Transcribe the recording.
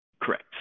Correct